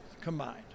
combined